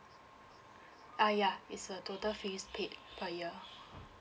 uh yeah it's the total fees paid per year